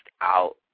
out